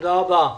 תודה רבה.